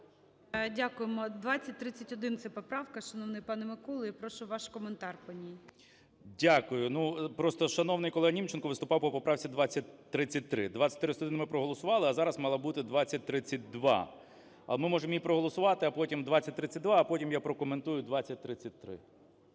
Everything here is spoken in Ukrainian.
Дякуємо. 2031 це поправка, шановний пане Миколо, і прошу ваш коментар по ній. 13:20:28 КНЯЖИЦЬКИЙ М.Л. Дякую. Ну, просто шановний колега Німченко виступав по поправці 2033, 2031 ми проголосували, а зараз мала бути 2032. Ми можемо її проголосувати, а потім 2032, а потім я прокоментую 2033.